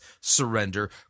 surrender